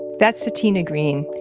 that's sutina green.